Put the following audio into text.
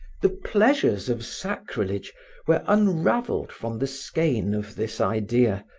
the pleasures of sacrilege were unravelled from the skein of this idea,